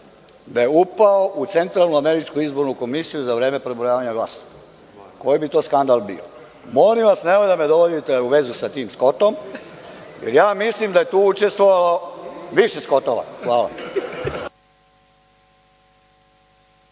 da je upao u Centralnu američku izbornu komisiju za vreme prebrojavanja glasova, koji bi to skandal bio? Molim vas, nemojte da me dovodite u vezu sa tim Skotom, jer ja mislim da je tu učestvovalo više skotova. Hvala.